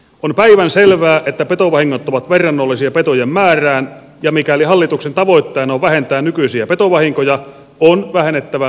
on päivänselvää että petovahingot ovat verrannollisia petojen määrään ja mikäli hallituksen tavoitteena on vähentää nykyisiä petovahinkoja on vähennettävä myös petoja